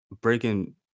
breaking